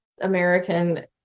American